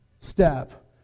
step